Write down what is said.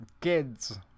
kids